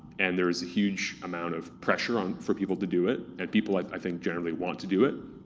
and there is a huge amount of pressure on. for people to do it, and people like i think generally want to do it,